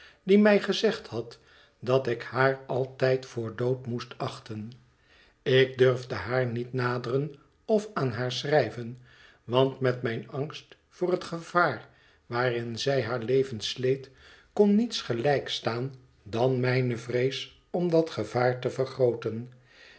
die mij gezegd had dat ik haar altijd voor dood moest achten ik durfde haar niet naderen of aan haar schrijven want met mijn angst voor het gevaar waarin zij haar leven sleet kon niets gelijkstaan dan mijne vrees om dat gevaar te vergrooten